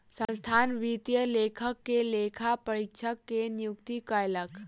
संस्थान वित्तीय लेखाक लेल लेखा परीक्षक के नियुक्ति कयलक